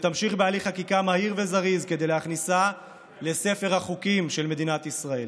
ותמשיך בהליך חקיקה מהיר וזריז כדי להכניסה לספר החוקים של מדינת ישראל,